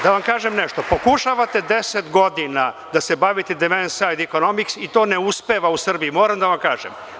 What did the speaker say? Da vam kažem nešto, pokušavate 10 godina da se bavite demand side economics i to ne uspeva u Srbiji, moram da vam kažem.